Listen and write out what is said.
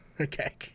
Okay